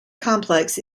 complex